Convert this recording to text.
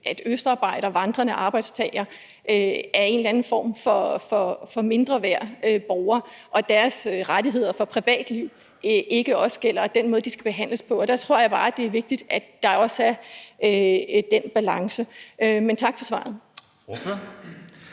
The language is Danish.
om østarbejdere, vandrende arbejdstagere, er en eller anden form for borgere, der er mindre værd, og som om deres rettigheder angående privatliv ikke også gælder; også i forhold til den måde, de skal behandles på. Der tror jeg bare, det er vigtigt, at der også er den balance. Men tak for svaret.